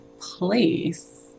place